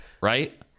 right